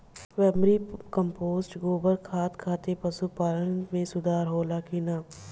Vermi compost गोबर खाद खातिर पशु पालन में सुधार होला कि न?